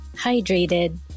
hydrated